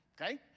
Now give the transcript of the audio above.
okay